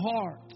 heart